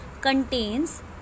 contains